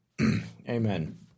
Amen